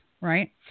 right